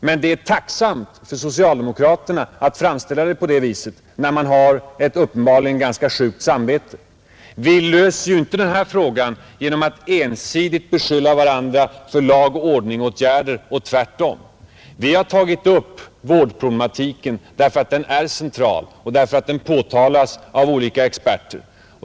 Men det är tacksamt för socialdemokraterna att framställa saken på det viset när man har ett uppenbarligen ganska sjukt samvete. Vi löser inte denna fråga genom att ensidigt beskylla varandra för lag och ordningåtgärder och tvärtom. Vi har tagit upp vårdproblematiken därför att den är central och därför att den påtalas av olika experter.